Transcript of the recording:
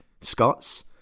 Scots